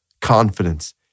confidence